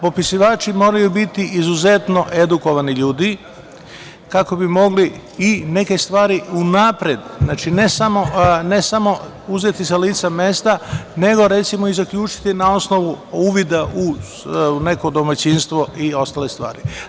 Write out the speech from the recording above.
Popisivači moraju biti izuzetno edukovani ljudi kako bi mogli i neke stvari unapred, ne samo uzeti sa lica mesta, nego recimo i zaključiti na osnovu uvida u neko domaćinstvo i ostale stvari.